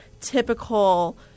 typical